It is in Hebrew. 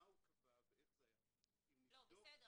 מה הוא קבע ואיך זה היה, אם נבדוק יותר,